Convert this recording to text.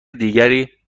دیگری